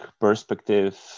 perspective